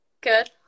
Good